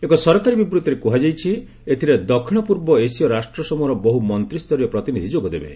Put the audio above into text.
ଏକ ସରକାରୀ ବିବୃଭିରେ କୁହାଯାଇଛି ଏଥିରେ ଦକ୍ଷିଣ ପୂର୍ବ ଏସୀୟ ରାଷ୍ଟ୍ର ସମୂହର ବହୁ ମନ୍ତ୍ରୀସ୍ତରୀୟ ପ୍ରତିନିଧି ଯୋଗଦେବେ